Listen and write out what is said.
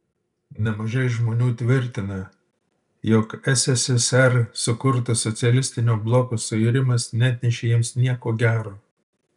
nemažai žmonių tvirtina jog sssr sukurto socialistinio bloko suirimas neatnešė jiems nieko gero